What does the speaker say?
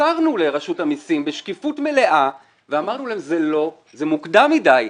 מסרנו לרשות המסים בשקיפות מלאה ואמרנו להם שזה מוקדם מדי.